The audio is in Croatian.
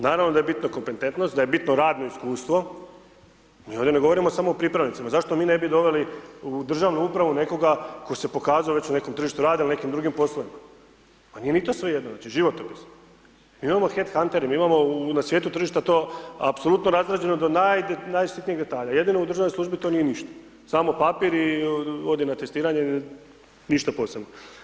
Naravno da je bitno kompetentnost, da bitno radno iskustvo, mi ovdje ne govorimo samo o pripravnicima, zašto mi ne bi doveli u državnu upravu nekoga ko se pokazao već u nekom tržištu rada il u nekim drugim poslovima, pa nije ni to svejedno znači životopis, mi imamo head hunting, mi imamo na svijetu tržišta to apsolutno razrađeno do najsitnijeg detalja jedino u državnoj službi to nije ništa, samo papir i odi na testiranje i ništa posebno.